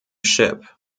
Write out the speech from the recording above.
ship